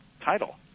title